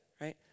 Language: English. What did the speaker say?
right